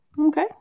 Okay